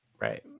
right